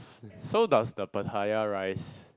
so does the pattaya rice